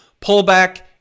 Pullback